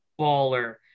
baller